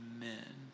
Amen